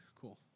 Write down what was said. cool